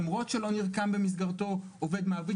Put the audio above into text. למרות שלא נרקם במסגרתו עובד-מעביד,